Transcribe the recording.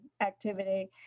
activity